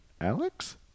Alex